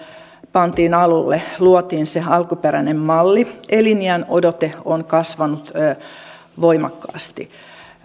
pantiin alulle ja luotiin se alkuperäinen malli eliniänodote on kasvanut voimakkaasti